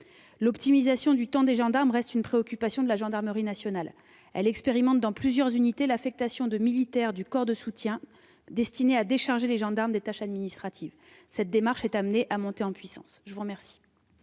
L'optimisation du temps des gendarmes reste une préoccupation de la gendarmerie nationale. Elle expérimente dans plusieurs unités l'affectation de militaires du corps de soutien afin de décharger les gendarmes des tâches administratives. Cette démarche devrait monter en puissance. La parole